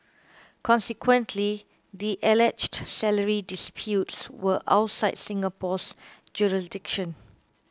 consequently the alleged salary disputes were outside Singapore's jurisdiction